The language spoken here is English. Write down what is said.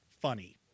funny